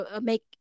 make